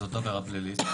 זאת עבירה פלילית.